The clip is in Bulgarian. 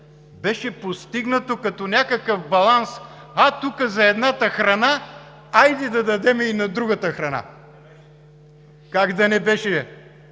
беше постигнато като някакъв баланс, а тук – за едната храна, хайде да дадем и на другата храна. ЕВГЕНИ БУДИНОВ